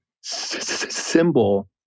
symbol